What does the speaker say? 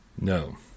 No